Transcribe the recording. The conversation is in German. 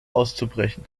auszubrechen